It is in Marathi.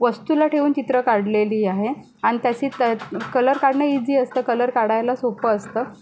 वस्तूला ठेऊन चित्रं काढलेली आहेत आणि तशी त कलर काढणं इझी असतं काढायला सोपं असतं